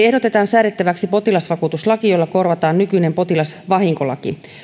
ehdotetaan säädettäväksi potilasvakuutuslaki jolla korvataan nykyinen potilasvahinkolaki